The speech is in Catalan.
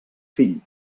fill